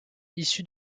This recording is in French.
issues